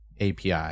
API